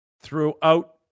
throughout